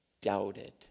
doubted